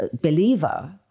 believer